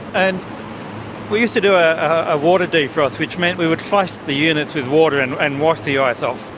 and we used to do a ah water defrost, which meant we would flush the units with water and and wash the ice off.